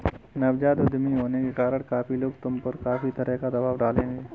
नवजात उद्यमी होने के कारण काफी लोग तुम पर काफी तरह का दबाव डालेंगे